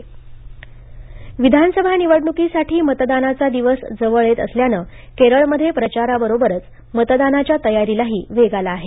केरळ निवडणूक विधानसभा निवडणुकीसाठी मतदानाचा दिवसजवळ येत असल्यानं केरळमध्ये प्रचाराबरोबरच मतदानाच्या तयारीलाही वेग आला आहे